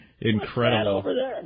Incredible